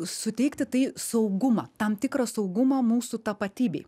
suteikti tai saugumą tam tikrą saugumą mūsų tapatybei